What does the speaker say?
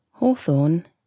Hawthorn